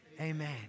amen